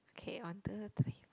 okay one two three